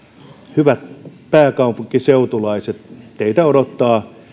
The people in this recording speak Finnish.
hyvät pääkaupunkiseutulaiset teitä todellakin odottaa